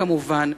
כמובן,